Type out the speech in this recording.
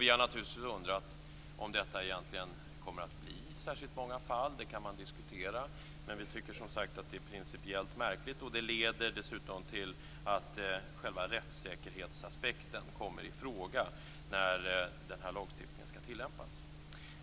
Vi har naturligtvis undrat om det egentligen kommer att bli så särskilt många fall. Det kan man diskutera. Men vi tycker, som sagt, att det är principiellt märkligt. Det leder dessutom till att själva rättssäkerhetsaspekten kommer i fråga när denna lagstiftning skall tillämpas.